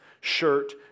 shirt